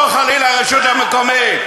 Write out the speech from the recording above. חוק נהרי הוא חוק נפשע.